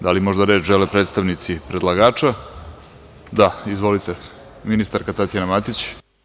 Da li možda reč žele predstavnici predlagača? (Da) Izvolite, ministarka Tatjana Matić.